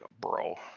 bro